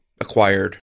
acquired